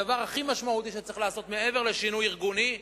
הדבר הכי משמעותי שצריך לעשות מעבר לשינוי ארגוני,